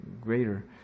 greater